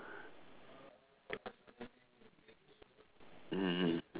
mmhmm